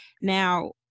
Now